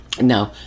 No